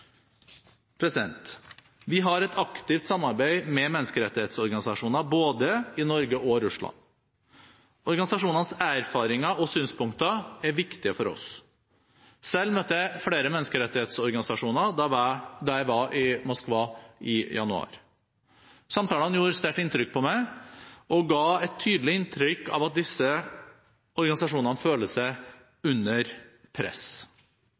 Vi har et aktivt samarbeid med menneskerettighetsorganisasjoner, både i Norge og i Russland. Organisasjonenes erfaringer og synspunkter er viktige for oss. Selv møtte jeg flere menneskerettighetsorganisasjoner da jeg var i Moskva i januar. Samtalene gjorde sterkt inntrykk på meg og ga et tydelig inntrykk av at disse organisasjonene føler seg under press.